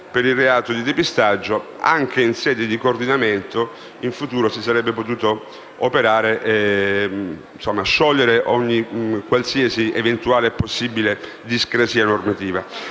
per il reato di depistaggio, anche in sede di coordinamento in futuro si sarebbe potuto sciogliere ogni eventuale discrasia normativa.